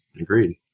Agreed